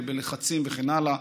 ובלחצים וכן הלאה,